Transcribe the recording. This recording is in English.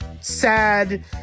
sad